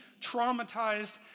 Traumatized